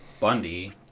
Bundy